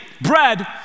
bread